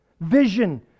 vision